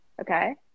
Okay